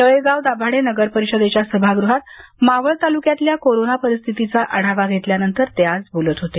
तळेगाव दाभाडे नगरपरिषदेच्या सभागृहात मावळ तालुक्यांतल्या कोरोना परिस्थितीचा आढावा घेतल्यानंतर ते आज बोलत होते